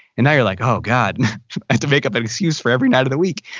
and now you're like, oh god. i have to make up an excuse for every night of the week.